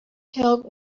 help